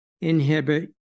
inhibit